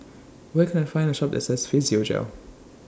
Where Can I Find A Shop that sells Physiogel